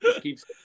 Keeps